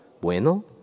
Bueno